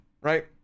right